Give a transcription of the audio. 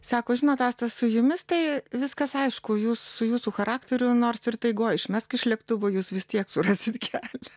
sako žinot asta su jumis tai viskas aišku jūs su jūsų charakteriu nors ir taigoj išmesk iš lėktuvo jūs vis tiek surasit kelią